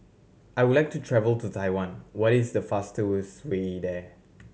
I would like to travel to Taiwan what is the fastest way there